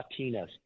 Latinas